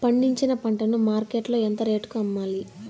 పండించిన పంట ను మార్కెట్ లో ఎంత రేటుకి అమ్మాలి?